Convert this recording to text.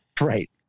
right